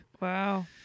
Wow